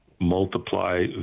multiply